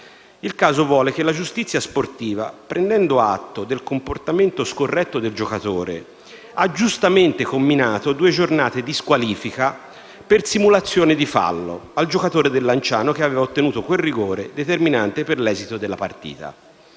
il caso vuole che la giustizia sportiva, prendendo atto del comportamento scorretto del giocatore, abbia giustamente comminato due giornate di squalifica, per simulazione di fallo, al giocatore del Lanciano che aveva ottenuto quel rigore determinante per l'esito della partita.